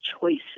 choices